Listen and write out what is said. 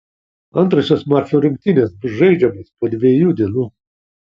antrosios mačų rungtynės bus žaidžiamos po dviejų dienų